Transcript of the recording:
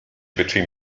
between